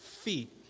feet